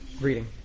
reading